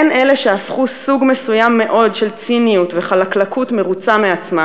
הן אלה שהפכו סוג מסוים מאוד של ציניות וחלקלקות מרוצה מעצמה,